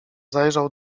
zajrzał